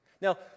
Now